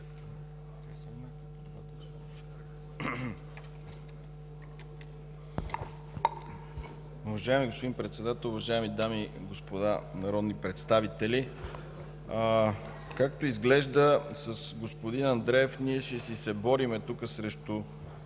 Уважаеми господин Председател, уважаеми дами и господа народни представители! Както изглежда, с господин Андреев ние ще си се борим срещу